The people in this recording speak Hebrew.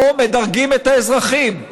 פה מדרגים את האזרחים.